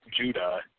Judah